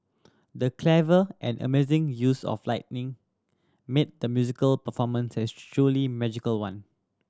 the clever and amazing use of lighting made the musical performance a truly magical one